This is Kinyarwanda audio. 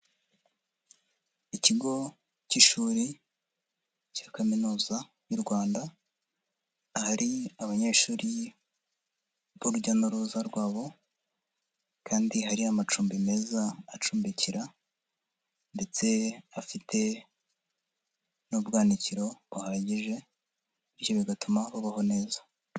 Ikigo k'ishuri cya kaminuza y'u Rwanda, ahari abanyeshuri n'urujya n'uruza rwabo, kandi hari amacumbi meza acumbikira, ndetse afite n'ubwanikiro buhagije, bityo bigatuma babaho neza.